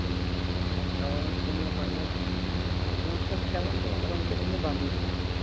دَوا دَوا حظ گوٚو مےٚ لگ بگ زٕ پانٛژھ رٮ۪تھ کھٮ۪وان تہٕ مگر وۄنۍ کَرے مےٚ بنٛدٕے